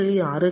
6 0